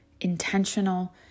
Intentional